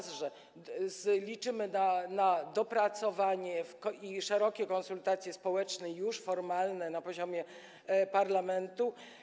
Po pierwsze, liczymy na dopracowanie i szerokie konsultacje społeczne, już formalne, na poziomie parlamentu.